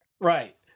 Right